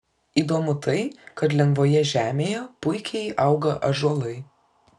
įdomu tai kad lengvoje žemėje puikiai auga ąžuolai